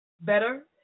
better